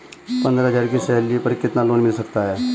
पंद्रह हज़ार की सैलरी पर कितना लोन मिल सकता है?